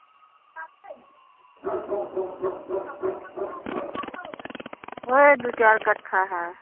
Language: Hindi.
उहे दो चार कट्ठा है